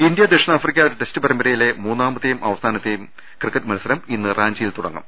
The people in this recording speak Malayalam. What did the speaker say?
ഇന്ത്യ ദക്ഷിണാഫ്രിക്ക ടെസ്റ്റ് പരമ്പരയിലെ മൂന്നാമത്തേയും അവസാനത്തേയും മത്സരം ഇന്ന് റാഞ്ചിയിൽ തുടങ്ങും